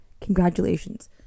Congratulations